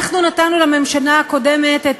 אנחנו נתנו לממשלה הקודמת את